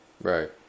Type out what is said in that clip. right